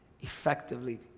effectively